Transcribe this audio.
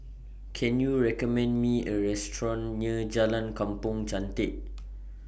Can YOU recommend Me A Restaurant near Jalan Kampong Chantek